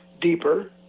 deeper